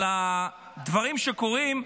על הדברים שקורים,